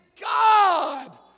God